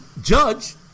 judge